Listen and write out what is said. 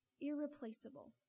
irreplaceable